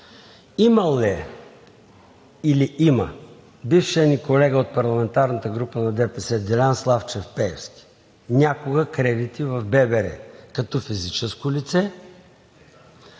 Имал ли е, или има бившият ни колега от парламентарната група на ДПС Делян Славчев Пеевски някога кредити в ББР като физическо лице